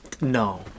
No